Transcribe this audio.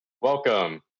Welcome